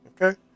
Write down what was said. Okay